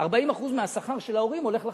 40% מהשכר של ההורים הולך לחינוך,